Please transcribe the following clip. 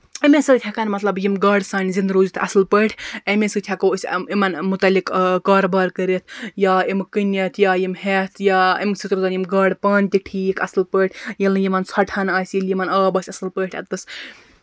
اَمے سۭتۍ ہیٚکَن مطلب یِم گاڈٕ سانہِ زِنٛدٕ روٗزِتھ اَصٕل پٲٹھۍ اَمے سۭتۍ ہیٚکَو أسۍ یِمن مُتعلِق کاروبار کٔرِتھ یا یِم کٕنِتھ یا یِم ہیٚتھ یا اَمے سٍتۍ روزن یِم گاڈٕ پانہٕ تہِ ٹھیٖک اَصٕل پٲٹھۍ ییٚلہِ نہٕ یِمن ژھۅٹہٕ ہن آسہِ ییٚلہِ یِمن آب آسہِ اَصٕل پٲٹھۍ اَتیٚس